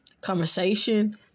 conversation